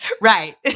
Right